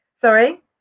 sorry